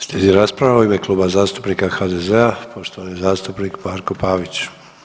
Slijedi rasprava u ime Kluba zastupnika HDZ-a, poštovani zastupnik Marko Pavić.